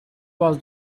was